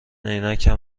عینکم